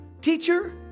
Teacher